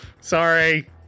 Sorry